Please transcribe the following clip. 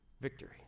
victory